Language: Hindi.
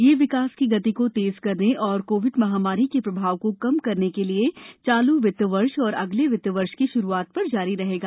यह विकास की गति को तेज करने और कोविड महामारी के प्रभाव को कम करने के लिए चालू वित्त वर्ष और अगले वित्त वर्ष की श्रूआत पर जारी रहेगा